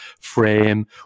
frame